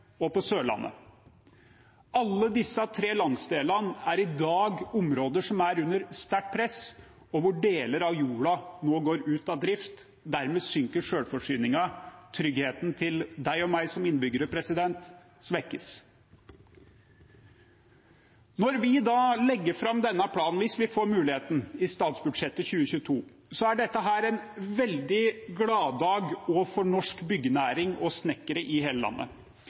og på Sørlandet. Alle disse tre landsdelene er i dag områder som er under sterkt press, og hvor deler av jorda nå går ut av drift. Dermed synker selvforsyningen. Tryggheten til deg og meg som innbyggere svekkes. Når vi legger fram denne planen, hvis vi får muligheten i statsbudsjettet 2022, er det en veldig gladdag også for norsk byggenæring og snekkere i hele landet.